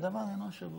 והדבר אינו שבור,